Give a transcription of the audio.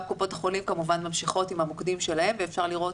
גם קופות החולים כמובן ממשיכות עם המוקדים שלהן ואפשר לראות